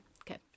Okay